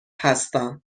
هستم